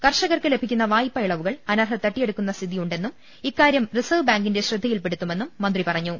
കർഷകർക്ക് ലഭി ക്കുന്ന വായ്പാ ഇളവുകൾ അനർഹർ തട്ടിയെടുക്കുന്ന സ്ഥിതി യുണ്ടെന്നും ഇക്കാര്യം റിസർവ്വ് ബാങ്കിന്റെ ശ്ര്ദ്ധയിൽ പെടു ത്തുമെന്നും മന്ത്രി പറഞ്ഞു